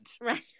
Right